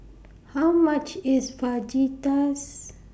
How much IS Fajitas